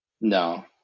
No